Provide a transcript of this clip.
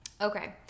okay